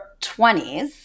20s